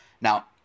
Now